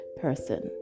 person